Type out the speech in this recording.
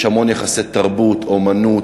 יש המון יחסי תרבות, אמנות,